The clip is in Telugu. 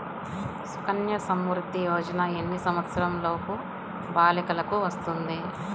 సుకన్య సంవృధ్ది యోజన ఎన్ని సంవత్సరంలోపు బాలికలకు వస్తుంది?